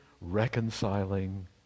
reconciling